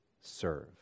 serve